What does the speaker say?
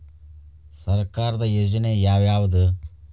ಸರ್ಕಾರದ ಯೋಜನೆ ಯಾವ್ ಯಾವ್ದ್?